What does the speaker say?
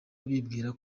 bibwira